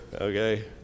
Okay